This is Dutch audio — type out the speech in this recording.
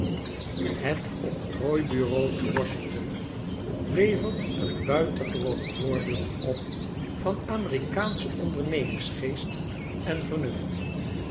het octrooi bureau te washington levert een buitengewoon voorbeeld op van amerikaansche ondernemingsgeest en vernuft